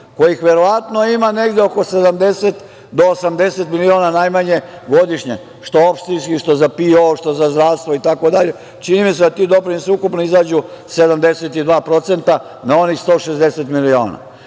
kojih verovatno ima negde oko 70 do 80 miliona najmanje godišnje, što opštinski, što za PIO, što za zdravstvo, itd. Čini mi se da ti doprinosi ukupno izađu 72% na onih 160 miliona.